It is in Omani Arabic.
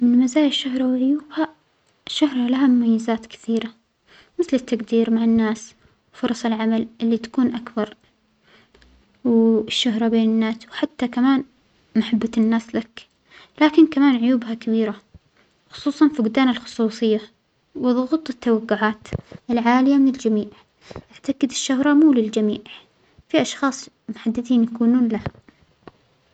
مزايا الشهرة وعيوبها، الشهرة لها مميزات كثيرة مثل التجدير مع الناس وفرص العمل اللى تكون أكبر والشهرة بين الناس وحتى كمان محبة الناس لك، لكن كمان عيوبها كبيرة خصوصا فجدان الخصوصية وظغوط التوجعات العالية من الجميع، أعتجد الشهرة مو للجميع في أشخاص محددين يكونون لها.